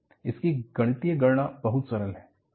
इसकी गणितीय गणना बहुत सरल है